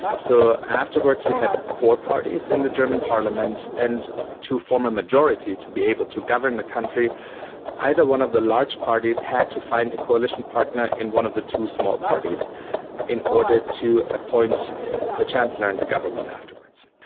so afterwards we had four parties in the german parliament, and to form a majority to be able to govern the country either one of the large parties had to find a coalition partner in one of the two small parties in order to appoint the chancellor in the government afterwards.